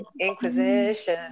inquisition